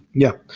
yeah.